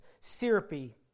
syrupy